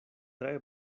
tre